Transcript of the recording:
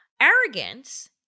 Arrogance